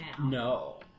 No